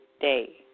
day